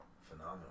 phenomenal